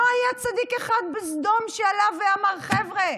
לא היה צדיק אחד בסדום שעלה ואמר: חבר'ה,